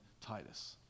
Titus